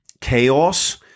chaos